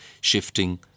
shifting